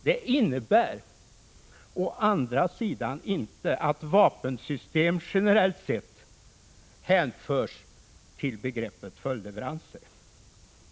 Det innebär å andra sidan inte att vapensystem generellt sett hänförs till begreppet följdleveranser.